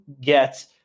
get